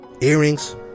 Earrings